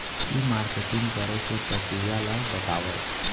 ई marketing करे के प्रक्रिया ला बतावव?